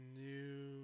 new